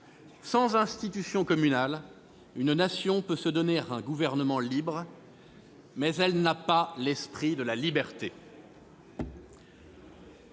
Sans institutions communales, une nation peut se donner un gouvernement libre, mais elle n'a pas l'esprit de la liberté. »